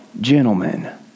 gentlemen